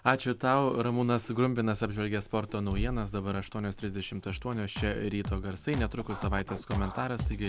ačiū tau ramūnas grumbinas apžvelgė sporto naujienas dabar aštuonios trisdešimt aštuonios čia ryto garsai netrukus savaitės komentaras taigi